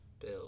Bill